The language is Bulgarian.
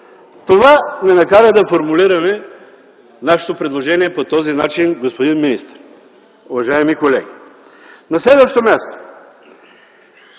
Това ни накара да формулираме нашето предложение по този начин, господин министър, уважаеми колеги. На следващо място,